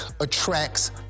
attracts